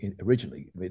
originally